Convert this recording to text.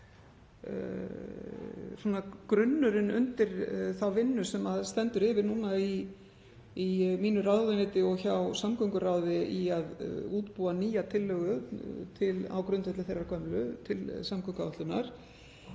grunnurinn undir þá vinnu sem stendur yfir núna í mínu ráðuneyti og hjá samgönguráði við að útbúa nýja tillögu, á grundvelli þeirrar gömlu, til samgönguáætlunar,